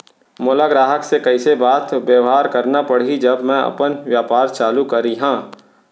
मोला ग्राहक से कइसे बात बेवहार करना पड़ही जब मैं अपन व्यापार चालू करिहा?